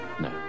No